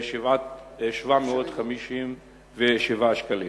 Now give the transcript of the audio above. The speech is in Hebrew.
757 שקלים.